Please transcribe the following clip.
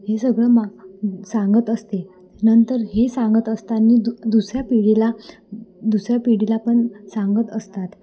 हे सगळं मग सांगत असते नंतर हे सांगत असताना दु दुसऱ्या पिढीला दुसऱ्या पिढीला पण सांगत असतात